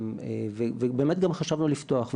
באמת גם חשבנו לפתוח.